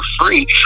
free